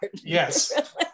Yes